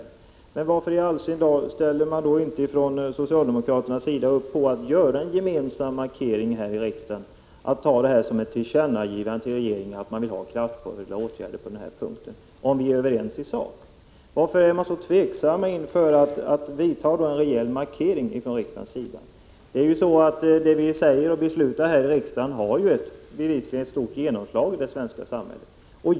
Om vi är överens i sak, varför i all sin dar ställer man från socialdemokratins sida då inte upp på att göra en gemensam markering i riksdagen och att ge regeringen till känna att man vill ha kraftfulla åtgärder på denna punkt? Det vi säger och beslutar här i riksdagen har ju bevisligen ett stort genomslag i det svenska samhället.